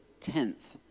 Tenth